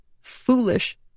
Foolish